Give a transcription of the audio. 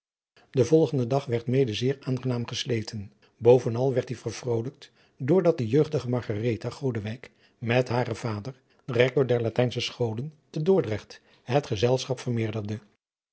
de volgende dag werd mede zeer aangenaam gesleten bovenal werd die vervrolijkt door dat de jeugdige margaretha godewijk met haren vader den rector der latijnsche scholen te dordrecht het gezelschap vermeerderde